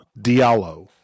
Diallo